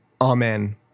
Amen